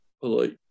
polite